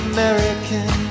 American